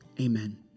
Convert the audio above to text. amen